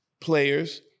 players